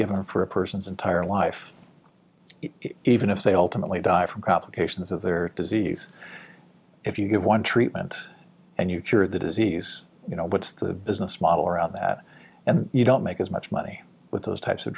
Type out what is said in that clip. given for a person's entire life it is even if they ultimately died from complications of their disease if you give one treatment and you cure the disease you know what's the business model or out that and you don't make as much money with those types of